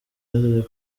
united